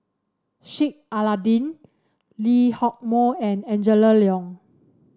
Sheik Alau'ddin Lee Hock Moh and Angela Liong